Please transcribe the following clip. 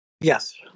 Yes